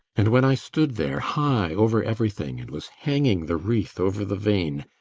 and when i stood there, high over everything, and was hanging the wreath over the vane,